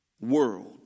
world